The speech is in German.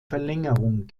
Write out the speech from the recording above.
verlängerung